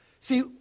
See